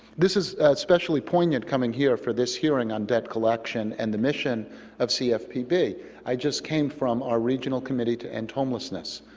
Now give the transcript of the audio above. this is especially poignant coming here for this hearing on debt collection and the mission of cfpb. i just came from our regional committee to end homelessness,